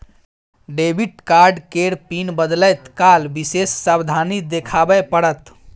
debit card केर PIN बदलैत काल विशेष सावाधनी देखाबे पड़त